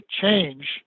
change